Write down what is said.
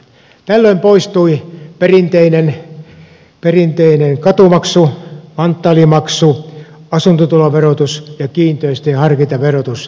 tällöin poistui perinteinen katumaksu manttaalimaksu asuntotuloverotus ja kiinteistöjen harkintaverotus